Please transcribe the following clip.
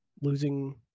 losing